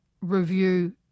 review